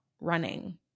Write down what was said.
running